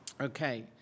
Okay